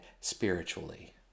spiritually